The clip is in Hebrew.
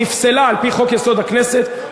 נפסלה על-פי חוק-יסוד: הכנסת,